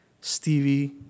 Stevie